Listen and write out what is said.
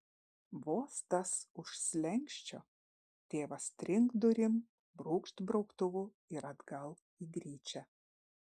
vos tas už slenksčio tėvas trinkt durim brūkšt brauktuvu ir atgal į gryčią